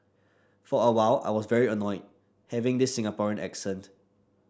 for a while I was very annoyed having this Singaporean accent